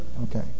Okay